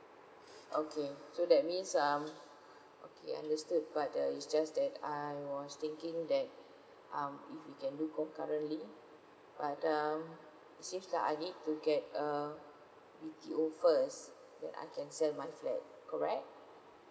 okay so that means um okay understood but uh it's just that I was thinking that um if you can do concurrently but um it seems that I need to get a B_T_O first then I can sell my flat correct